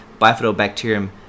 Bifidobacterium